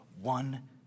one